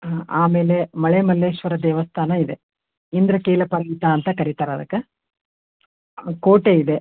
ಹಾಂ ಆಮೇಲೆ ಮಲೆ ಮಲ್ಲೇಶ್ವರ ದೇವಸ್ಥಾನ ಇದೆ ಇಂದ್ರಕೀಲ ಪವಿತ ಅಂತ ಕರೀತಾರೆ ಅದಕ್ಕೆ ಕೋಟೆ ಇದೆ